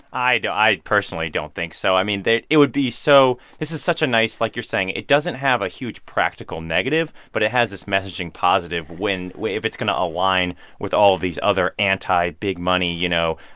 i and i personally don't think so. i mean, they it would be so this is such a nice like you're saying, it doesn't have a huge practical negative, but it has this messaging positive win win if it's going to align with all of these other anti-big-money, you know,